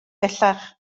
bellach